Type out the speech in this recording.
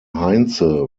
heinze